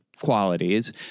qualities